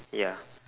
ya